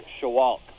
Shawalk